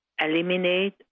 eliminate